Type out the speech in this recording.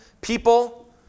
people